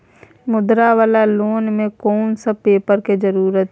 मुद्रा वाला लोन म कोन सब पेपर के जरूरत इ?